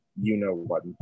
you-know-what